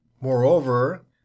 Moreover